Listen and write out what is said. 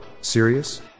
serious